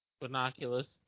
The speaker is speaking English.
Binoculars